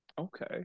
Okay